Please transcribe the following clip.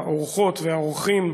האורחות והאורחים,